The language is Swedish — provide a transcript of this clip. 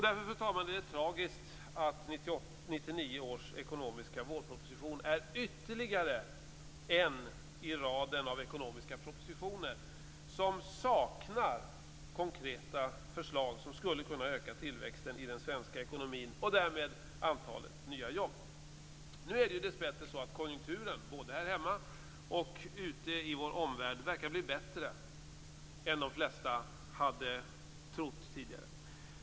Därför, fru talman, är det tragiskt att 1999 års ekonomiska vårproposition är ytterligare en i raden av ekonomiska propositioner som saknar konkreta förslag som skulle kunna öka tillväxten i den svenska ekonomin och därmed antalet nya jobb. Nu verkar konjunkturen, både här hemma och i vår omvärld, bli bättre än de flesta tidigare hade trott.